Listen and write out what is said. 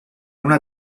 una